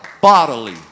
bodily